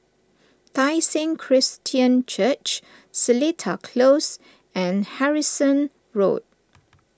Tai Seng Christian Church Seletar Close and Harrison Road